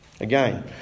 Again